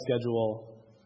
schedule